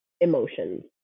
emotions